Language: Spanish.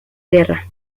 guerra